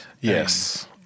Yes